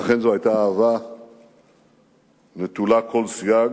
ואכן זו היתה אהבה נטולה כל סייג,